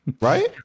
Right